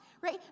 right